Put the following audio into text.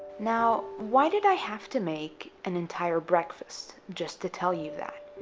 now, why did i have to make an entire breakfast just to tell you that?